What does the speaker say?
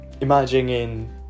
imagining